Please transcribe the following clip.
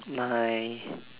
nice